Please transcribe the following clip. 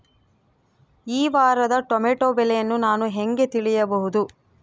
ಈ ವಾರದ ಟೊಮೆಟೊ ಬೆಲೆಯನ್ನು ನಾನು ಹೇಗೆ ತಿಳಿಯಬಹುದು?